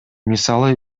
мисалы